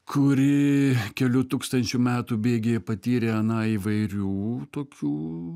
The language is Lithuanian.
kuri kelių tūkstančių metų bėgyje patyrė na įvairių tokių